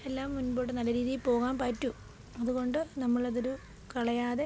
എല്ലാം മുമ്പോട്ട് നല്ലരീതിയിൽ പോകാൻ പറ്റും അതുകൊണ്ട് നമ്മളതൊരു കളയാതെ